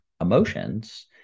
emotions